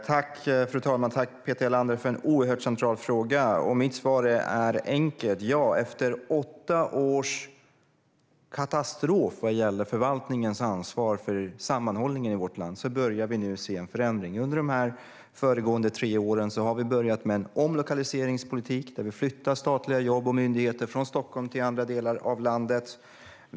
Fru talman! Tack, Peter Helander, för en oerhört central fråga! Mitt svar är enkelt: Ja, efter åtta års katastrof när det gäller förvaltningens ansvar för sammanhållningen i vårt land börjar vi nu se en förändring. Under de föregående tre åren har vi börjat med en omlokaliseringspolitik där vi flyttar statliga jobb och myndigheter från Stockholm till andra delar av landet.